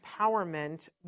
empowerment